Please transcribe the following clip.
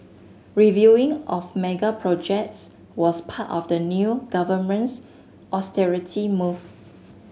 reviewing of mega projects was part of the new government's austerity move